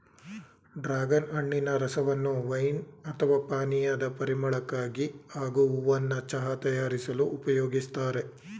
dragon ಹಣ್ಣಿನ ರಸವನ್ನು wine ಅಥವಾ ಪಾನೀಯದ ಪರಿಮಳಕ್ಕಾಗಿ ಹಾಗೂ ಹೂವನ್ನ ಚಹಾ ತಯಾರಿಸಲು ಉಪಯೋಗಿಸ್ತಾರೆ